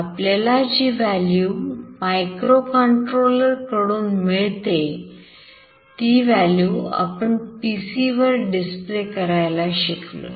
आपल्याला जि value microcontroller कडून मिळते आहे ती value आपण PC वर डिस्प्ले करायला शिकलो